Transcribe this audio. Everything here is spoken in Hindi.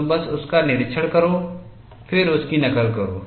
तुम बस उसका निरीक्षण करो फिर उसकी नकल करो